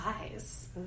eyes